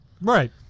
Right